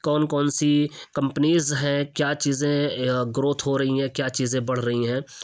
کون کون سی کمپنیز ہیں کیا چیزیں گروتھ ہو رہی ہیں کیا چیزیں بڑھ رہی ہیں